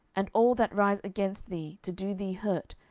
and all that rise against thee to do thee hurt,